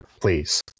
please